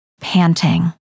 panting